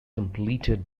completed